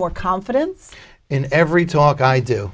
more confidence in every talk i do